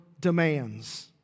demands